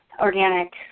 organic